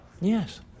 Yes